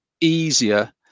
easier